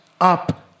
up